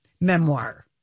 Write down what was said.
memoir